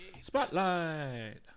Spotlight